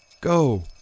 Go